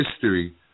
history